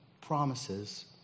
promises